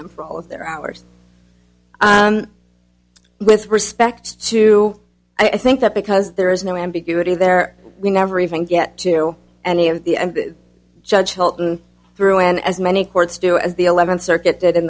them for all of their hours with respect to i think that because there is no ambiguity there we never even get to any of the judge bolton through and as many courts do as the eleventh circuit did in